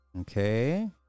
Okay